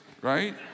right